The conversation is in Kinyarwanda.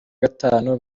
gatanu